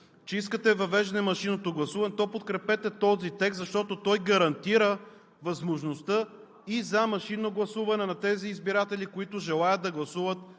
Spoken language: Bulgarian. че искате въвеждане на машинното гласуване, то подкрепете този текст, защото той гарантира възможността и за машинно гласуване на тези избиратели, които желаят да гласуват